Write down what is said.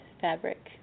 fabric